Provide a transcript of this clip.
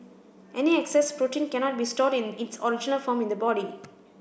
any excess protein cannot be stored in its original form in the body